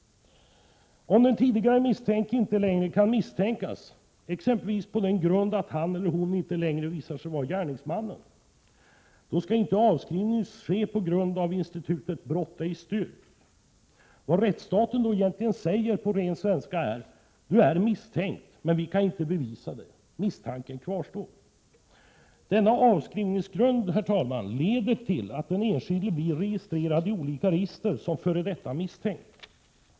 Om den tidigare misstänkte inte längre kan misstänkas, exempelvis på den grund att han eller hon inte längre visar sig vara gärningsmannen, då skall inte avskrivning ske på grund av institutet ”brott ej styrkt”. Vad rättsstaten då egentligen säger på ren svenska är: Du är misstänkt, men vi kan inte bevisa det. Misstanken kvarstår. Denna avskrivningsgrund, herr talman, leder till att den enskilde blir registrerad i olika register som f.d. misstänkt.